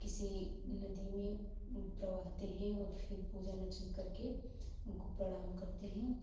किसी नदी में प्रवाहित करते हैं और फिर पूजा अर्चना करके उनको प्रणाम करते हैं